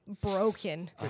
broken